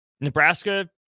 Nebraska